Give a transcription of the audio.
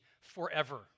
forever